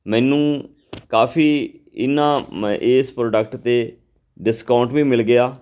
ਮੈਨੂੰ ਕਾਫੀ ਇਹਨਾਂ ਇਸ ਪ੍ਰੋਡਕਟ 'ਤੇ ਡਿਸਕਾਊਂਟ ਵੀ ਮਿਲ ਗਿਆ